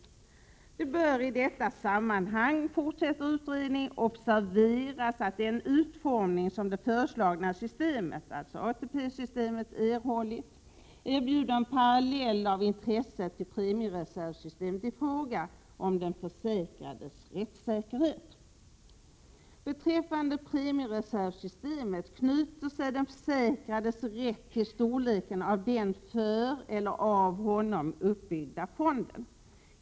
Det bör i detta sammanhang observeras att den utformning som det föreslagna systemet erhållit erbjuder en parallell av intresse till premiereservsystemet i fråga om den försäkrades rättssäkerhet. Beträffande premiereservsystemet knyter sig den försäkrades rätt till storleken av den för eller av honom uppbyggda fonden.